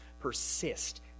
persist